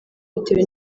bitewe